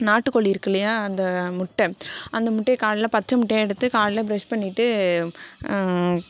நாட்டு கோழி இருக்குது இல்லையா அந்த முட்டை அந்த முட்டையை காலையில் பச்சை முட்டையை எடுத்து காலையில் ப்ரெஷ் பண்ணிட்டு